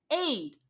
Aid